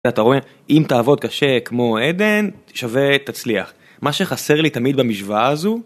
אתה רואה אם תעבוד קשה כמו עדן = תצליח. מה שחסר לי תמיד במשוואה הזו